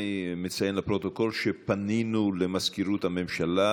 אני מציין לפרוטוקול שפנינו למזכירות הממשלה